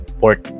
port